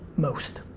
most.